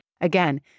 Again